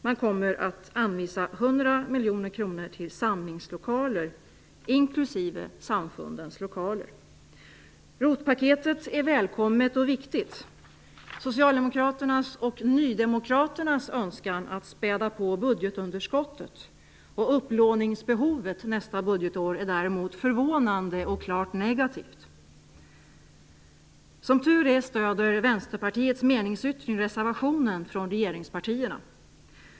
Man kommer att anvisa 100 ROT-paketet är välkommet och viktigt. Socialdemokraternas och nydemokraternas önskan att späda på budgetunderskottet och upplåningsbehovet nästa budgetår är däremot förvånande och klart negativt. Som tur är stöder Vänsterpartiets meningsyttring reservationen från regeringspartierna.